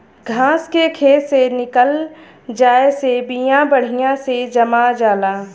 घास के खेत से निकल जाये से बिया बढ़िया से जाम जाला